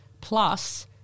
plus –